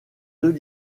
deux